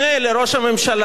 השר שאול מופז,